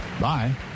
Bye